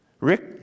Rick